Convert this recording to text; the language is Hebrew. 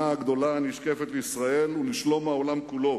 הגדולה הנשקפת לישראל ולשלום העולם כולו